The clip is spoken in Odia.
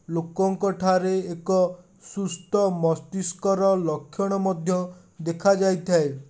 ଲୋକଙ୍କଠାରେ ଏକ ସୁସ୍ଥ ମସ୍ତିଷ୍କର ଲକ୍ଷଣ ମଧ୍ୟ ଦେଖାଯାଇଥାଏ